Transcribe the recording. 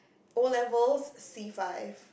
O-levels C five